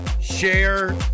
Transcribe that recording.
share